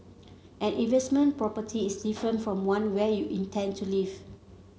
an investment property is different from one where you intend to live